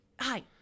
Hi